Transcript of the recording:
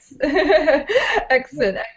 Excellent